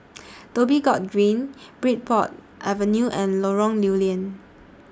Dhoby Ghaut Green Bridport Avenue and Lorong Lew Lian